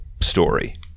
story